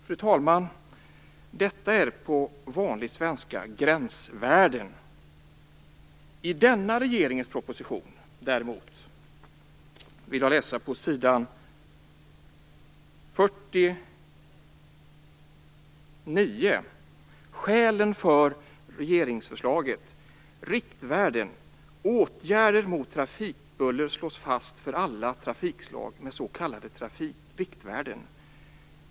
Detta är gränsvärden på vanlig svenska. I denna regerings proposition vill jag läsa på s. 49. Där står det under rubriken Skälen för regeringsförslaget: Åtgärder mot trafikbuller slås fast för alla trafikslag med s.k. riktvärden.